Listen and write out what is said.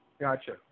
Gotcha